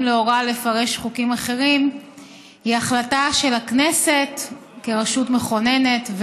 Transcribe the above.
לאורה לפרש חוקים אחרים היא החלטה של הכנסת כרשות מכוננת,